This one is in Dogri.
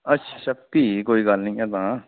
अच्छा भी कोई गल्ल निं ऐ तां